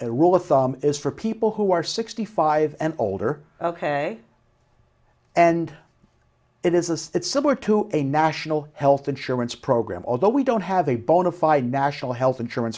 a rule of thumb is for people who are sixty five and older ok and it is a state similar to a national health insurance program although we don't have a bona fide national health insurance